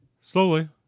Slowly